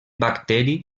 bacteri